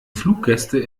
fluggäste